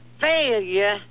failure